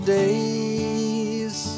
days